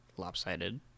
Lopsided